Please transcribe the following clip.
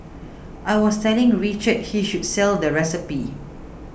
I was telling Richard he should sell the recipe